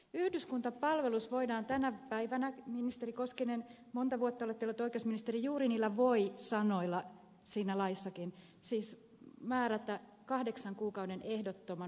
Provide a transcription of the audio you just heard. yhdyskuntapalvelus voidaan tänä päivänä ministeri koskinen monta vuotta olette ollut oikeusministeri juuri niillä voi sanoilla siinäkin laissa siis määrätä kahdeksan kuukauden ehdottoman vankeusrangaistuksen sijasta